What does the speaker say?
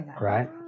right